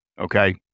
Okay